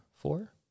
Four